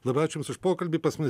labai ačiū jums už pokalbį pas mus